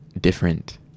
different